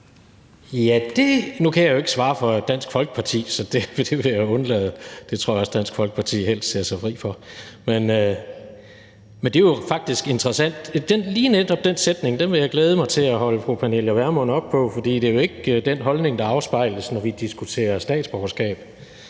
Nu kan jeg jo ikke svare for Dansk Folkeparti, så det vil jeg undlade. Det tror jeg også at Dansk Folkeparti helst ser sig fri for. Men det er jo faktisk interessant. Lige netop den sætning vil jeg glæde mig til at holde fru Pernille Vermund op på, fordi det jo ikke er den holdning, der afspejles, når vi diskuterer statsborgerskab.